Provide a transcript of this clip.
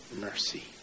mercy